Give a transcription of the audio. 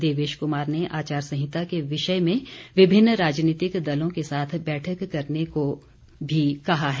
देवेश कुमार ने आचार संहिता के विषय में विभिन्न राजनीतिक दलों के साथ बैठक करने को भी कहा है